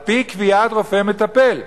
על-פי קביעת רופא מטפל,